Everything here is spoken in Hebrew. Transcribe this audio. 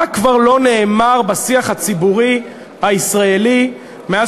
מה כבר לא נאמר בשיח הציבורי הישראלי מאז